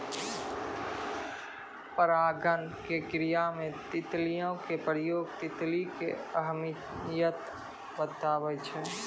परागण के क्रिया मे तितलियो के प्रयोग तितली के अहमियत बताबै छै